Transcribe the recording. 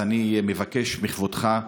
אני מבקש מכבודך,